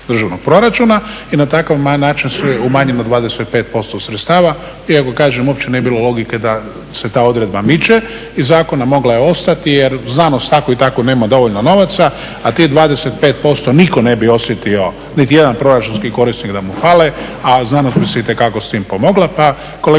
državnog proračuna i na takav način su je u manjem za 25% sredstava, iako kažem opće nije bilo logike da se ta odredba miče iz zakona, mogla je ostati jer znanost tako i tako nema dovoljno novaca, a tih 25% niko ne bi osjetio niti jedan proračunski korisnik da mu fale, a znanost bi se itekako s tim pomogla. Pa kolegice